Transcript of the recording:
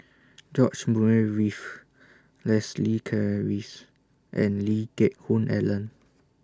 George Murray Reith Leslie Charteris and Lee Geck Hoon Ellen